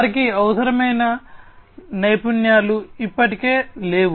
వారికి అవసరమైన నైపుణ్యాలు ఇప్పటికే లేవు